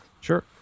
Sure